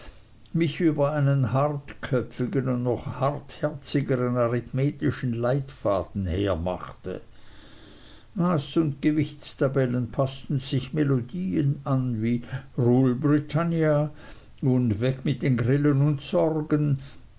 mich über einen hartköpfigen und noch hartherzigeren arithmetischen leitfaden hermachte maß und gewichtstabellen paßten sich melodien an wie rule britannia und weg mit den grillen und sorgen